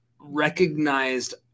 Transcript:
recognized